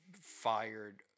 fired